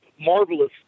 marvelous